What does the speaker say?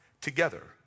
together